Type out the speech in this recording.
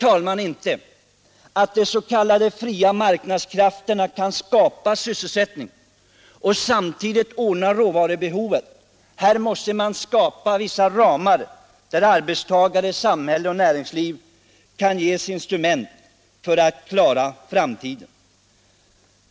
Vi tror inte, herr talman, att de s.k. fria marknadskrafterna kan skapa sysselsättning och samtidigt fylla råvarubehovet; här måste skapas vissa ramar, där arbetstagare, samhälle och näringsliv kan ges instrument för att klara framtiden.